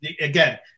again